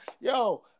yo